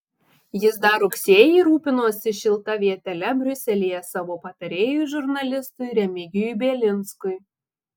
jis dar rugsėjį rūpinosi šilta vietele briuselyje savo patarėjui žurnalistui remigijui bielinskui